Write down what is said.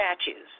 statues